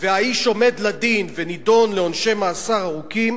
והאיש עומד לדין ונידון לעונשי מאסר ארוכים,